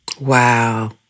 Wow